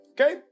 Okay